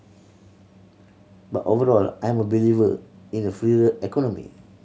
but overall I'm a believer in a freer economy